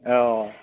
औ